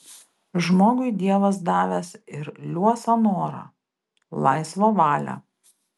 žmogui dievas davęs ir liuosą norą laisvą valią